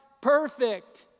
perfect